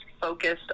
focused